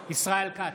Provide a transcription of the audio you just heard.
כץ,